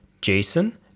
jason